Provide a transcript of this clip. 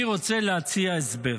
אני רוצה להציע הסבר.